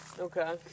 Okay